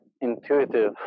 intuitive